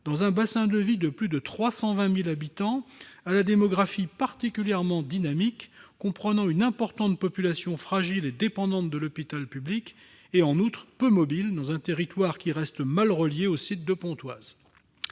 dans un bassin de vie de plus de 320 000 habitants à la démographie particulièrement dynamique, comprenant une importante population fragile, dépendante de l'hôpital public et peu mobile, alors même que ce territoire reste mal relié au site de Pontoise.